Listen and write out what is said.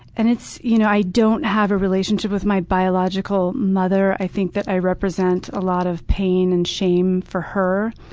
and you know i don't have a relationship with my biological mother. i think that i represent a lot of pain and shame for her.